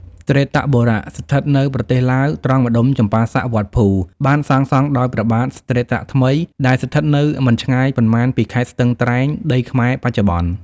ស្រេស្តបុរៈ ស្ថិតនៅប្រទេសលាវ ត្រង់ម្តុំចម្ប៉ាសាក់-វត្តភូ បានសាងសង់ ដោយព្រះបាទស្រេស្តថ្មី ដែលស្ថិតនៅមិនឆ្ងាយប៉ុន្មានពីខេត្តស្ទឹងត្រែង ដីខ្មែរ បច្ចុប្បន្ន។